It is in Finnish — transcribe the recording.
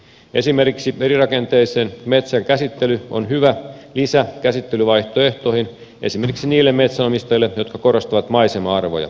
esimerkiksi erirakenteisen metsän käsittely on hyvä lisä käsittelyvaihtoehtoihin esimerkiksi niille metsänomistajille jotka korostavat maisema arvoja